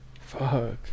Fuck